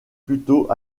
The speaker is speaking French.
plutôt